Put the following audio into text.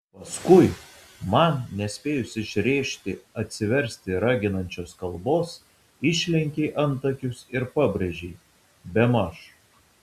paskui man nespėjus išrėžti atsiversti raginančios kalbos išlenkei antakius ir pabrėžei bemaž